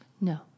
No